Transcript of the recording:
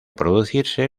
producirse